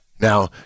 Now